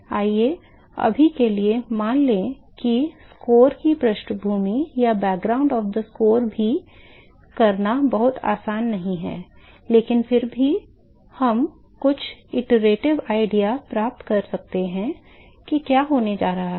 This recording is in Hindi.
आइए अभी के लिए मान लें कि स्कोर की पृष्ठभूमि भी करना बहुत आसान नहीं है लेकिन फिर भी हम कुछ पुनरावृत्त विचार प्राप्त कर सकते हैं कि क्या होने जा रहा है